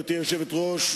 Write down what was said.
גברתי היושבת-ראש,